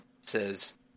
says